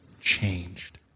changed